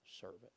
servant